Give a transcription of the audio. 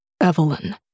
Evelyn